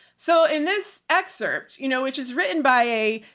so in this excerpt, you know, which is written by a,